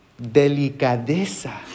delicadeza